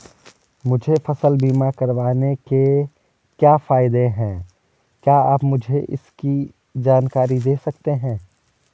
मुझे फसल बीमा करवाने के क्या फायदे हैं क्या आप मुझे इसकी जानकारी दें सकते हैं?